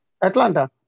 Atlanta